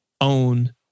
own